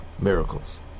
miracles